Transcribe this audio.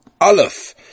Aleph